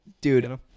Dude